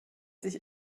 sich